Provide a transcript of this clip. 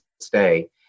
stay